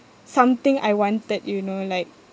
something I wanted you know like